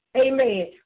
Amen